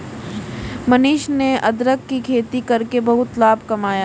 मनीष ने अदरक की खेती करके बहुत लाभ कमाया